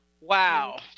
wow